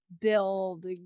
build